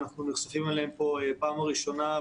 אנחנו נחשפים אליהם כאן בפעם הראשונה.